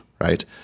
right